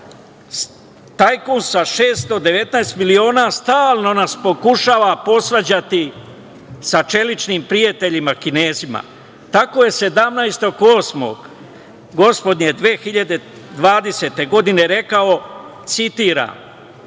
tajkun sa 619 miliona stalno nas pokušava posvađati sa čeličnim prijateljima Kinezima. Tako je 17. avgusta gospodnje 2020. godine rekao, citiram